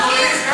המון.